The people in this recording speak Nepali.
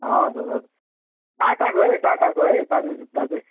हजुर हजुर टाटाको है टाटाको है पानी जुत्ता चाहिँ